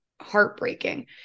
heartbreaking